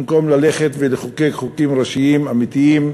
במקום ללכת ולחוקק חוקים ראשיים אמיתיים,